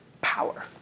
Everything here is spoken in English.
power